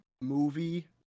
movie